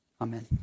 Amen